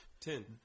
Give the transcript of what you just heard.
Ten